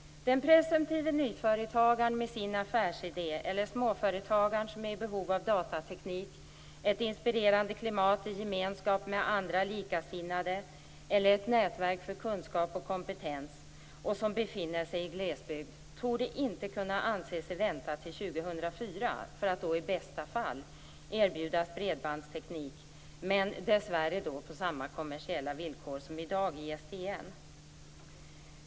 Den presumtive nyföretagaren med sin affärsidé eller småföretagaren som är i behov av datateknik, ett inspirerande klimat i gemenskap med andra likasinnade eller ett nätverk för kunskap och kompetens och som befinner sig i glesbygd torde inte anse sig kunna vänta till år 2004 för att då i bästa fall erbjudas bredbandsteknik, dessvärre på samma kommersiella villkor som i dag ISDN.